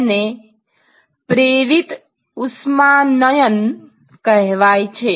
જેને પ્રેરિત ઉષ્માનયન કહેવાય છે